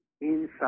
inside